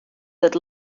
that